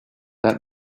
that